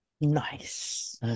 Nice